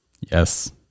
Yes